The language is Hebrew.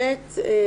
אפשר.